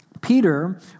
Peter